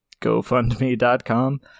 GoFundMe.com